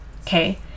okay